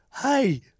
hey